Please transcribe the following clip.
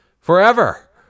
forever